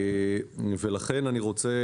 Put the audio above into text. לכן אני רוצה